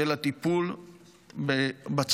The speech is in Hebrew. של הטיפול בצפון,